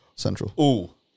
Central